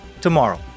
tomorrow